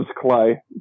clay